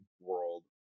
world